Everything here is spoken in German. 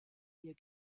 ihr